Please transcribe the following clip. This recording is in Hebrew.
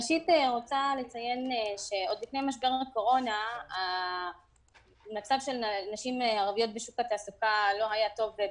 עוד לפני משבר הקורונה המצב של נשים ערביות בשוק התעסוקה לא היה טוב.